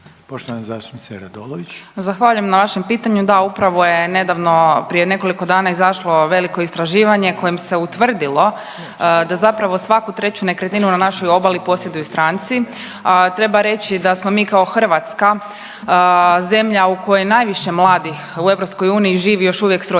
Sanja (SDP)** Zahvaljujem na vašem pitanju. Da, upravo je nedavno prije nekoliko dana izašlo veliko istraživanje kojim se utvrdilo da zapravo svaku treću nekretninu na našoj obali posjeduju stranci, a treba reći da smo mi kao Hrvatska zemlja u kojoj je najviše mladih u EU živi još uvijek s roditeljima